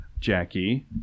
Jackie